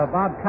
Bob